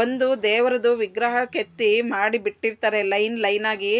ಒಂದು ದೇವರದು ವಿಗ್ರಹ ಕೆತ್ತಿ ಮಾಡಿ ಬಿಟ್ಟಿರ್ತಾರೆ ಲೈನ್ ಲೈನಾಗಿ